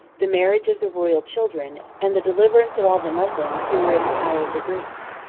the marriage of the royal children, and the deliverance of all the moslems, who were in the power of the greeks.